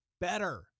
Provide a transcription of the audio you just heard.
better